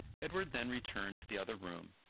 edward then returned to the other room,